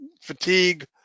fatigue